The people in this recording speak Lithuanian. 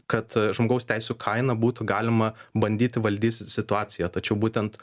kad žmogaus teisių kaina būtų galima bandyti valdys situaciją tačiau būtent